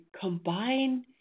combine